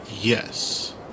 Yes